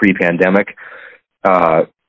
pre-pandemic